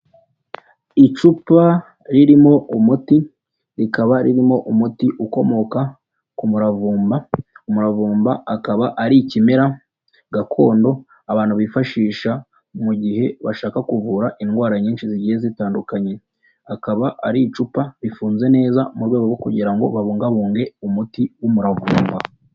Icupa ririmo umuti, rikaba ririmo umuti ukomoka ku muravumba, umuravumba akaba ari ikimera gakondo abantu bifashisha mu gihe bashaka kuvura indwara nyinshi zigiye zitandukanye, akaba ari icupa rifunze neza mu rwego rwo kugira ngo babungabunge umuti w'umuravumba.